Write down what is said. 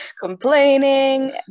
complaining